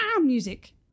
music